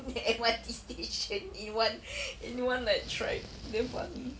in the M_R_T station in one in one like tribe damn funny